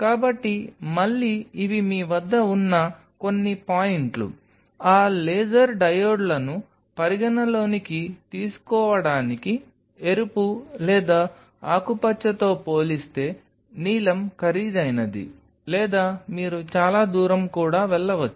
కాబట్టి మళ్లీ ఇవి మీ వద్ద ఉన్న కొన్ని పాయింట్లు ఆ లేజర్ డయోడ్లను పరిగణనలోకి తీసుకోవడానికి ఎరుపు లేదా ఆకుపచ్చతో పోలిస్తే నీలం ఖరీదైనది లేదా మీరు చాలా దూరం కూడా వెళ్లవచ్చు